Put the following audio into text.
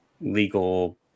legal